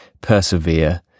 persevere